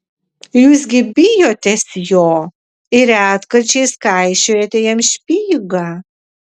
jūs gi bijotės jo ir retkarčiais kaišiojate jam špygą